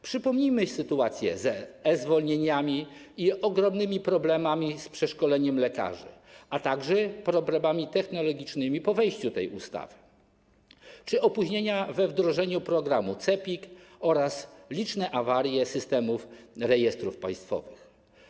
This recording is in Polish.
Przypomnijmy sytuację ze e-zwolnieniami i ogromnymi problemami z przeszkoleniem lekarzy, a także problemami technologicznymi po wejściu tej ustawy czy z opóźnieniami we wdrożeniu programu CEPiK oraz liczne awarie systemów rejestrów państwowych.